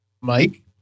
Mike